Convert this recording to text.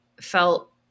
felt